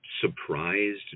surprised